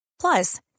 Plus